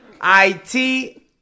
I-T